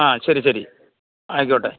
ആ ശരി ശരി ആയിക്കോട്ടെ